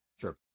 Sure